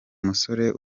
musore